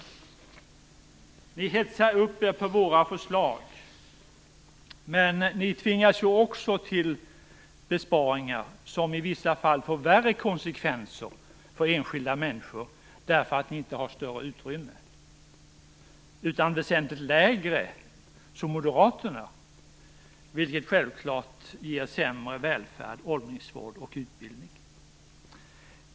Ni hetsar upp er över våra förslag, men ni tvingas ju också till besparingar som i vissa fall får värre konsekvenser för enskilda människor, eftersom ni inte har större utrymme, utan väsentligt lägre som Moderaterna. Det ger självfallet sämre välfärd, åldringsvård och utbildning.